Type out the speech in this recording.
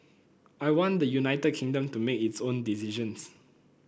I want the United Kingdom to make its own decisions